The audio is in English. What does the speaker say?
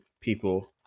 people